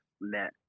met